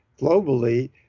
globally